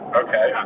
okay